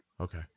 Okay